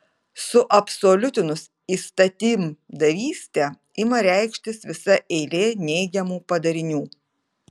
suabsoliutinus įstatymdavystę ima reikštis visa eilė neigiamų padarinių